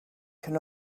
can